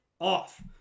off